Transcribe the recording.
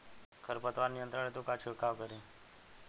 खर पतवार नियंत्रण हेतु का छिड़काव करी?